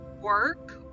work